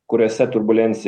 kuriuose turbulencija